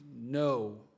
no